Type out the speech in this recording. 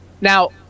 Now